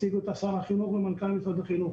הציג אותה שר החינוך ומנכ"ל משרד החינוך.